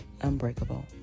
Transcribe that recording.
unbreakable